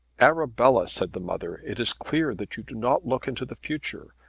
arabella, said the mother, it is clear that you do not look into the future.